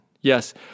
Yes